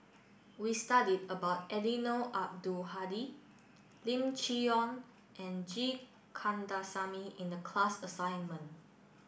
we studied about Eddino Abdul Hadi Lim Chee Onn and G Kandasamy in the class assignment